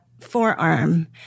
forearm